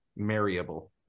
marryable